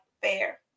fair